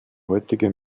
heutige